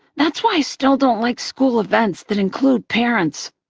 that's why i still don't like school events that include parents.